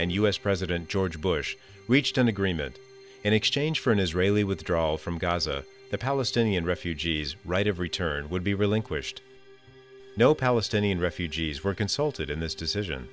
and u s president george bush reached an agreement in exchange for an israeli withdrawal from gaza the palestinian refugees right of return would be relinquished no palestinian refugees were consulted in this decision